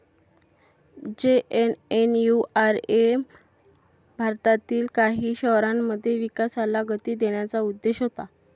JNNURM भारतातील काही शहरांमध्ये विकासाला गती देण्याचा उद्देश होता